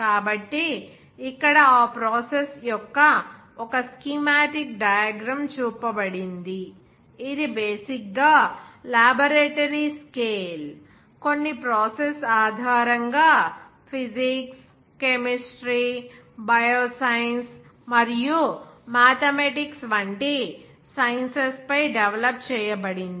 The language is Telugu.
కాబట్టి ఇక్కడ ఆ ప్రాసెస్ యొక్క ఒక స్కీమాటిక్ డయాగ్రమ్ చూపబడింది ఇది బేసిక్ గా లాబరేటరీ స్కేల్ కొన్ని ప్రాసెస్ ఆధారంగా ఫిజిక్స్ కెమిస్ట్రీ బయో సైన్స్ మరియు మాథెమాటిక్స్ వంటి సైన్సెస్ పై డెవలప్ చేయబడింది